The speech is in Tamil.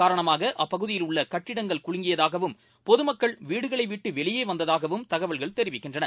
காரணமாகஅப்பகுதியில் உள்ளகட்டங்கள் குலுங்கியதாகவும் இதன் பொதுமக்கள் வீடுகளைவிட்டுவெளியேவந்ததாகவும் தகவல்கள் தெரிவிக்கின்றன